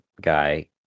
guy